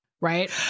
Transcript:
right